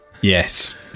yes